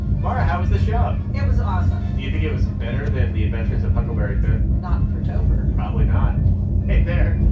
mara, how was the show? it was awesome do you think it was better than the adventures of huckleberry finn? not for topher probably not hey, there.